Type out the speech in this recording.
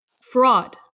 Fraud